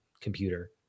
computer